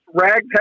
ragtag